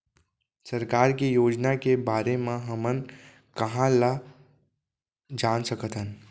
सरकार के योजना के बारे म हमन कहाँ ल जान सकथन?